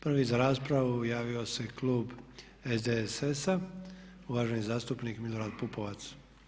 Prvi za raspravu javio se klub SDSS-a, uvaženi zastupnik Milorad Pupovac.